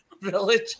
Village